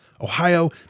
Ohio